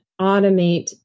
automate